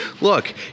look